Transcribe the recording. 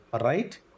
right